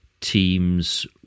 teams